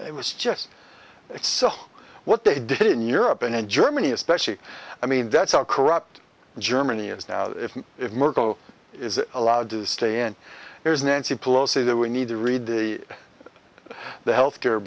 it was just so what they did in europe and in germany especially i mean that's how corrupt germany is now if merkel is allowed to stay in there's nancy pelosi that we need to read the the health care